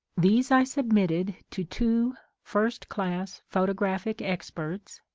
these i submitted to two first-class photographic experts,